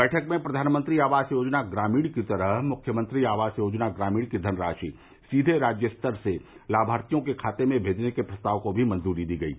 बैठक में प्रधानमंत्री आवास योजना ग्रामीण की तरह मुख्यमंत्री आवास योजना ग्रामीण की धनराशि सीधे राज्य स्तर से लामार्थियों के खाते में भेजने के प्रस्ताव को भी मंजूरी दी गयी